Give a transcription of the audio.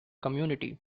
community